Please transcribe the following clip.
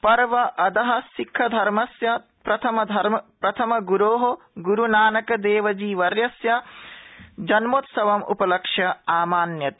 पर्व अद सिक्खधर्मस्य प्रथमग्रो गुरू नानक देवजी वर्यस्य जन्मोत्सवं उपलक्ष्य आमान्यते